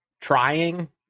trying